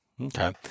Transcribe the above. Okay